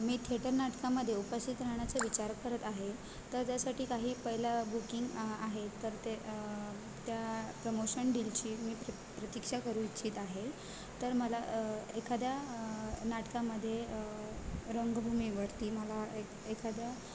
मी theatre नाटकामध्ये उपस्थित राहण्याचा विचार करत आहे तर त्यासाठी काही पहिला बुकिंग आहे तर ते त्या प्रमोशन डिलची मी प्र प्रतिक्षा करू इच्छित आहे तर मला एखाद्या नाटकामध्ये रंगभूमीवरती मला एक एखाद्या